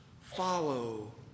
Follow